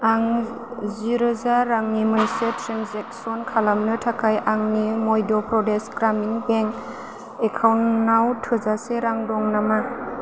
आं जिरोजा रांनि मोनसे ट्रेनजेक्सन खालामनो थाखाय आंनि मध्य प्रदेश ग्रामिन बेंक एकाउन्टाव थोजासे रां दं नामा